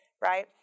right